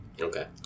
Okay